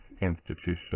institution